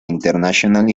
international